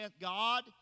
God